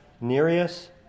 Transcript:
Nereus